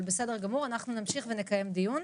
אבל בסדר גמור, אנחנו נמשיך ונקיים דיון.